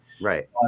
Right